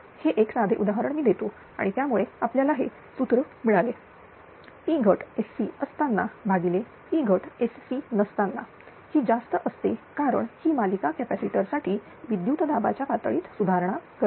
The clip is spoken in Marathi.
हे एक साधे उदाहरण मी देतो आणि त्यामुळे आपल्याला हे सूत्र मिळाले P घट SC असताना भागिले P घट SC नसताना ही जास्त असते कारण ही मालिका कॅपॅसिटर साठी विद्युत दाबाच्या पातळीत सुधारणा करते